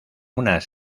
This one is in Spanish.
unas